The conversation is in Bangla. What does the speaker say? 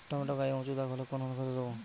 টমেটো গায়ে উচু দাগ হলে কোন অনুখাদ্য দেবো?